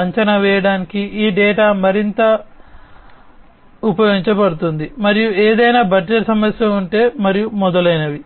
అంచనా వేయడానికి ఈ డేటా మరింత ఉపయోగించబడుతుంది మరియు ఏదైనా బడ్జెట్ సమస్య ఉంటే మరియు మొదలైనవి